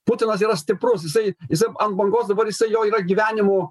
putinas yra stiprus jisai jisai ant bangos dabar jisai jo yra gyvenimo